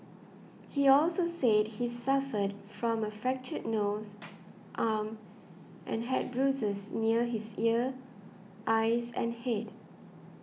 he also said he suffered from a fractured nose arm and had bruises near his ear eyes and head